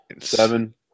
seven